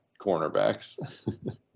cornerbacks